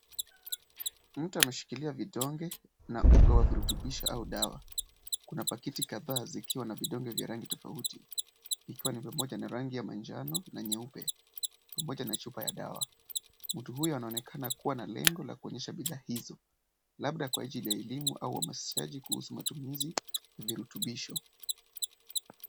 Mtu ameshikilia vidonge na unga wa virutubisho au dawa. Kuna pakiti kadhaa zikiwa na vidonge vya rangi tofauti. Ikiwa ni pamoja na rangi ya manjano na nyeupe. Pamoja na chupa ya dawa. Mtu huyo anaonekana kuwa na lengo la kuonyesha bidhaa hizo. Labda kwa ajili ya elimu au uhamasishaji kuhusu matumizi ya virutubisho.